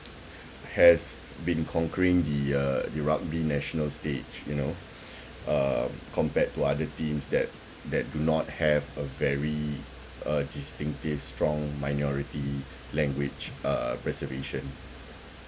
has been conquering the uh the rugby national stage you know uh compared to other teams that that do not have a very uh distinctive strong minority language uh preservation